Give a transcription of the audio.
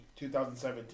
2017